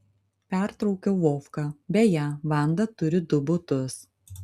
pertraukiau vovką beje vanda turi du butus